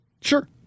Sure